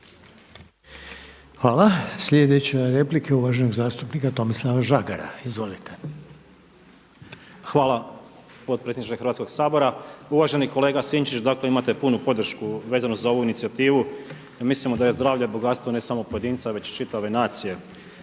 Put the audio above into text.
Hvala. Sljedeća je replika uvaženog zastupnika Tomislava Žagara. Izvolite. **Žagar, Tomislav (Nezavisni)** Hvala potpredsjedniče Hrvatskog sabora. Uvaženi kolega Sinčić. Dakle imate punu podršku vezano za ovu inicijativu jer mislimo da je zdravlje bogatstvo ne samo pojedinca već čitave nacije.